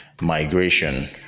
migration